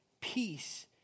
peace